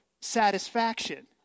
Satisfaction